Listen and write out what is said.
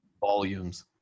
volumes